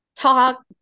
Talk